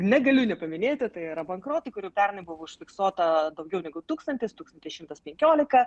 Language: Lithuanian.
negaliu nepaminėti tai yra bankrotai kurių pernai buvo užfiksuota daugiau negu tūkstantis tūkstantis šimtas penkiolika